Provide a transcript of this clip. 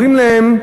אומרים להם,